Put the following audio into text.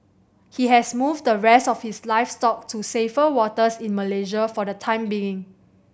he has moved the rest of his livestock to safer waters in Malaysia for the time being